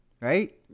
right